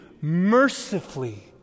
mercifully